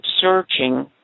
searching